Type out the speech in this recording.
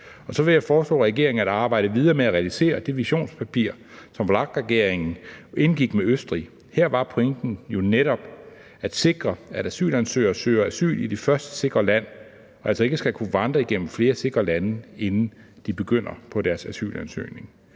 jeg foreslå regeringen at arbejde videre med at realisere det visionspapir, som VLAK-regeringen indgik med Østrig. Her var pointen jo netop at sikre, at asylansøgere søger asyl i det første sikre land og altså ikke skal kunne vandre igennem flere sikre lande, inden de begynder på deres asylansøgning.